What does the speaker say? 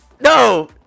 No